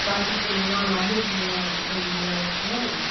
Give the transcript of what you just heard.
कार्तिक पूर्णिमा माघी पूर्णिमा यह सब में मेला लगता है ना